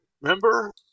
remember